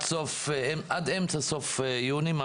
עד אמצע-סוף יוני.